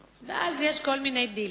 ואז יש כל מיני דילים.